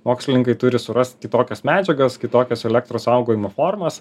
mokslininkai turi surast kitokias medžiagas kitokias elektros saugojimo formas